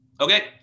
Okay